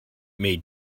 may